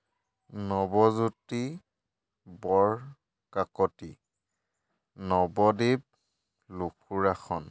Nabajyoti Borkakoti Nabadwip Lukurakhon